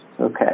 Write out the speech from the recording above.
Okay